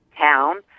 town